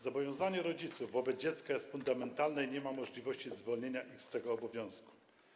Zobowiązanie rodziców wobec dziecka jest fundamentalne i nie ma możliwości zwolnienia ich z tego obowiązku.